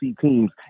teams